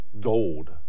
Gold